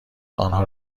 آنها